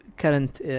Current